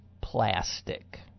plastic